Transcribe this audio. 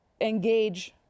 engage